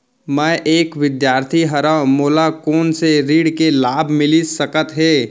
मैं एक विद्यार्थी हरव, मोला कोन से ऋण के लाभ मिलिस सकत हे?